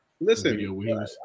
listen